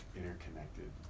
interconnected